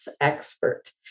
expert